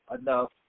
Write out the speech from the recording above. enough